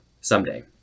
Someday